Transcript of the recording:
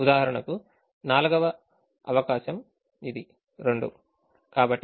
ఉదాహరణకు 4వ అవకాశం ఇది 2